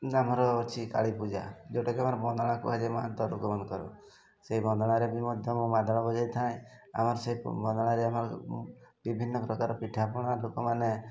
ଆମର ଅଛି କାଳୀ ପୂଜା ଯେଉଁଟାକି ଆମର ବନ୍ଦା କୁହାଯାଏ ମହାନ୍ତି ରୋଗମାନଙ୍କର ସେଇ ବନ୍ଦଣାରେ ବି ମଧ୍ୟ ମୁଁ ମାଦଳ ବଜାଇଥାଏ ଆମର ସେଇ ବନ୍ଦାଣରେ ଆମର ବିଭିନ୍ନ ପ୍ରକାର ପିଠାପଣା ଲୋକମାନେ